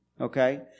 Okay